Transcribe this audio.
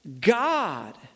God